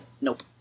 nope